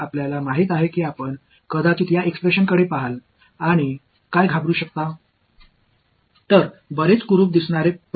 இது உங்களுக்குத் தெரியாவிட்டால் இந்த வெளிப்பாட்டைப் பார்த்து பயப்படுவீர்கள் என்று உங்களுக்குத் தெரியும்